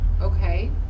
Okay